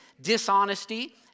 dishonesty